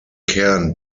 kern